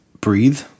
breathe